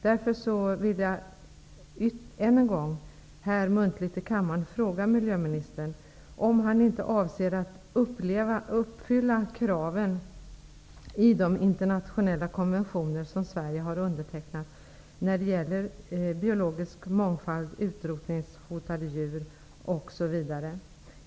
Därför vill jag än en gång, muntligt här i kammaren, fråga miljöministern om han avser att uppfylla kraven i de internationella konventioner som Sverige har undertecknat när det gäller biologisk mångfald, utrotningshotade djur osv.